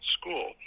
school